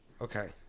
Okay